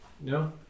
no